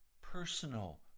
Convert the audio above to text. personal